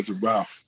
wow